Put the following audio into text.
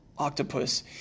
octopus